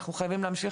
אנחנו חייבים להמשיך.